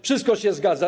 Wszystko się zgadza.